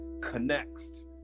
connects